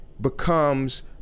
becomes